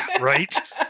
Right